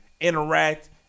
interact